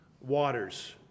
Waters